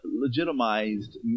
legitimized